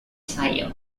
zaio